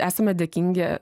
esame dėkingi